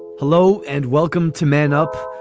hello and welcome to man up.